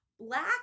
Black